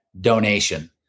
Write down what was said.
donation